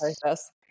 process